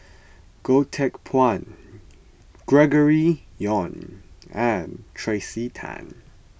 Goh Teck Phuan Gregory Yong and Tracey Tan